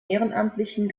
ehrenamtlichen